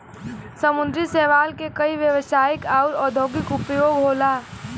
समुंदरी शैवाल के कई व्यवसायिक आउर औद्योगिक उपयोग होला